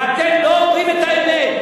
ואתם לא אומרים את האמת.